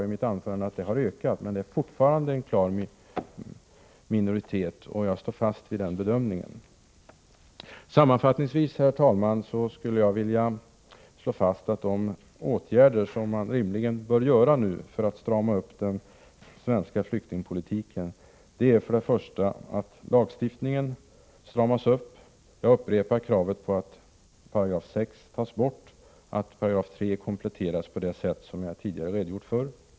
I mitt anförande sade jag att andelen har ökat. Jag står dock fast vid att det fortfarande gäller en klar minoritet. Herr talman! Sammanfattningsvis skulle jag vilja slå fast att vad som rimligen bör vidtas för att strama upp den svenska flyktingpolitiken är följande: 1. Lagstiftningen stramas upp. Jag upprepar kravet på att 6 § tas bort och att 3 § kompletteras på det sätt som jag tidigare har redogjort för.